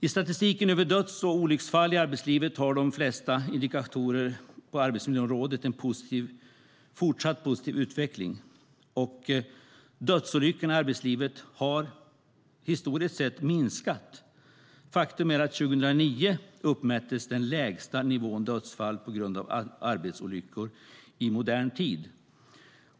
I statistiken över döds och olycksfall i arbetslivet visar de flesta indikatorerna på arbetsmiljöområdet en fortsatt positiv utveckling. Dödsolyckorna i arbetslivet har historiskt sett minskat. Faktum är att 2009 uppmättes den lägsta nivån på dödsfall på grund av arbetsolyckor i modern tid.